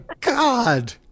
God